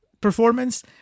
performance